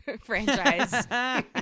franchise